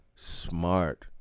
smart